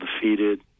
defeated